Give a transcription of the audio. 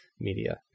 media